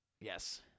Yes